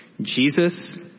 Jesus